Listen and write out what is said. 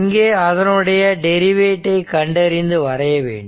இங்கே அதனுடைய டெரிவேட்டிவ் ஐ கண்டறிந்து வரைய வேண்டும்